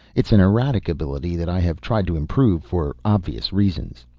it's an erratic ability that i have tried to improve for obvious reasons.